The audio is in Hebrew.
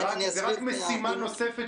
זו רק משימה נוספת